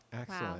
Excellent